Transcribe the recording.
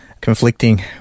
conflicting